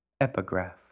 EPIGRAPH